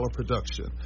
production